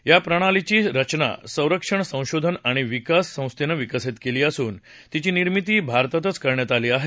या प्रणालीची रचना संरक्षण संशोधन आणि विकास संस्थेनं विकसित केली असून तिची निर्मिती भारतातच करण्यात आली आहे